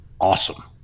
awesome